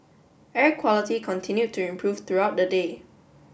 air quality continued to improve throughout the day